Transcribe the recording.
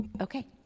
Okay